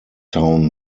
town